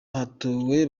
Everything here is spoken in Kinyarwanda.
hatowe